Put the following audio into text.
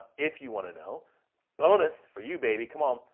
if you wanna know bonus for you, baby, come um